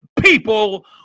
people